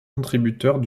contributeurs